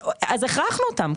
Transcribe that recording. אז הכרחנו אותם,